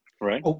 right